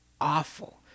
awful